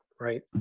right